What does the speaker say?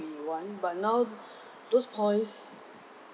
we want but now those points